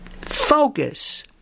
focus